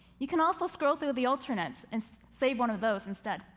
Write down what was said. you can also scroll through the alternates and save one of those instead.